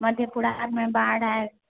मधेपुरामे बाढ़ आएल